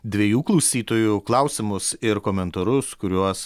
dviejų klausytojų klausimus ir komentarus kuriuos